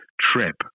trip